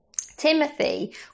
Timothy